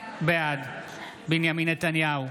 בעד בנימין נתניהו,